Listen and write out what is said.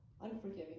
unforgiving